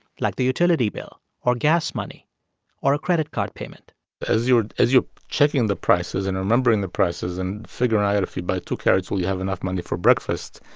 like the utility bill or gas money or a credit card payment as you as you're checking the prices and remembering the prices and figuring out if you buy two carrots, will you have enough money for breakfast,